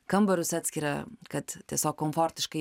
kambarius atskiria kad tiesiog komfortiškai